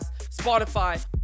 Spotify